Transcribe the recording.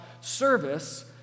service